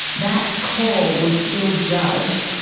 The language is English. that call was still judged,